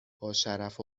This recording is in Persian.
باشرف